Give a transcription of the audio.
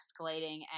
escalating